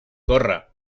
corre